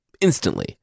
Instantly